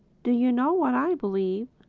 do you know what i believe?